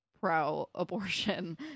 pro-abortion